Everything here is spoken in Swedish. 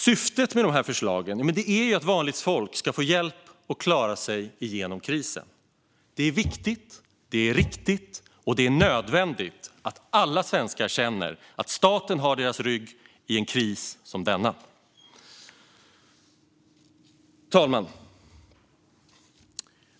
Syftet med dessa förslag är att vanligt folk ska få hjälp att klara sig igenom krisen. Det är viktigt, det är riktigt och det är nödvändigt att alla svenskar känner att staten har deras rygg i en kris som denna. Herr talman!